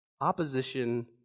Opposition